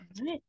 right